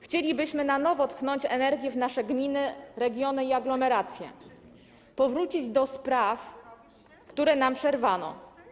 Chcielibyśmy na nowo tchnąć energię w nasze gminy, regiony i aglomeracje, powrócić do spraw, które nam przerwano.